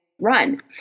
run